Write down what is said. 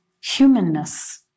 humanness